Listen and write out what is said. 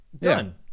done